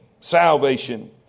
salvation